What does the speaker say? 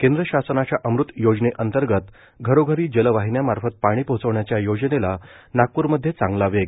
केंद्र शासनाच्या अमृत योजनेअंतर्गत घरोघरी जलवाहिन्या मार्फत पाणी पोहोचवण्याच्या योजनेला नागपूरमध्ये चांगला वेग